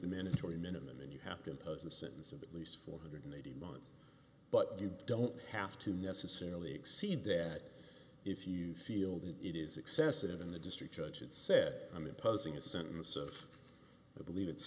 minatory minimum and you have to impose a sentence of at least four hundred and eighteen months but you don't have to necessarily exceed that if you feel that it is excessive in the district judge and said i'm imposing a sentence of i believe it's